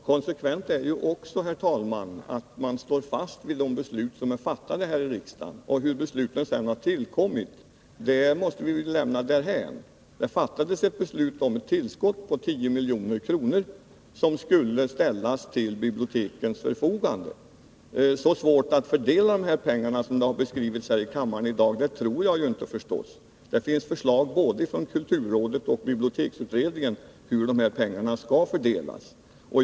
Herr talman! Det är också konsekvent att stå fast vid de beslut som är fattade här i riksdagen. Hur besluten sedan har tillkommit måste vi lämna därhän. Det fattades ett beslut om ett tillskott på 10 milj.kr., som skulle ställas till bibliotekens förfogande. Att det skulle vara så svårt att fördela dessa pengar som det har beskrivits här i kammaren tror jag inte. Det finns förslag både från kulturrådet och från biblioteksutredningen om hur detta skall ske.